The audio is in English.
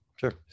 sure